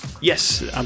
Yes